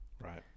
Right